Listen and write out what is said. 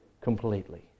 completely